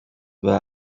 were